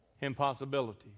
impossibility